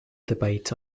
debate